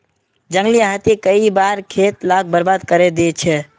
जंगली हाथी कई बार खेत लाक बर्बाद करे दे छे